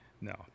no